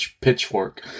Pitchfork